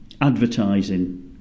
advertising